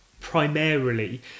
primarily